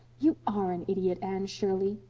you are an idiot, anne shirley!